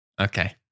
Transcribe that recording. okay